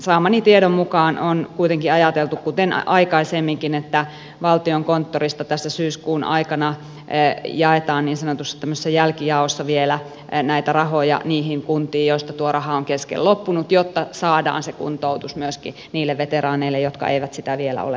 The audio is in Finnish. saamani tiedon mukaan on kuitenkin ajateltu kuten aikaisemminkin että valtiokonttorista tässä syyskuun aikana jaetaan niin sanotusti tämmöisessä jälkijaossa vielä näitä rahoja niihin kuntiin joista tuo raha on kesken loppunut jotta saadaan se kuntoutus myöskin niille veteraaneille jotka eivät sitä vielä ole saaneet